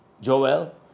joel